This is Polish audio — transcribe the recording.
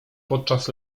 podczas